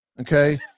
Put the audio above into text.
okay